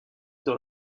dans